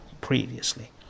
previously